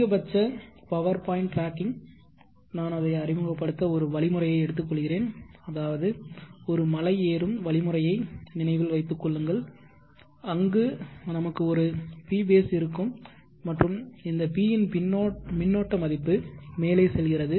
அதிகபட்ச power point tracking நான் அதை அறிமுகப்படுத்த ஒரு வழிமுறையை எடுத்துக்கொள்கிறேன் அதாவது ஒரு மலை ஏறும் வழிமுறையை நினைவில் வைத்துக் கொள்ளுங்கள் அங்கு நமக்கு ஒரு pbase இருக்கும் மற்றும் Pஇன் மின்னோட்ட மதிப்பு மேலே செல்கிறது